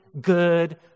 good